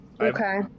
okay